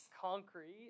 concrete